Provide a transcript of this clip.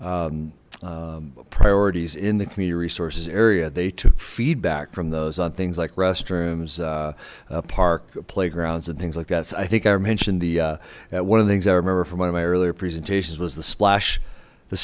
liquid priorities in the community resources area they took feedback from those on things like restrooms park playgrounds and things like that's i think i mentioned the one of the things i remember from one of my earlier presentations was the splash the